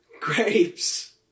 Grapes